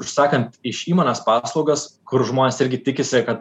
užsakant iš įmonės paslaugas kur žmonės irgi tikisi kad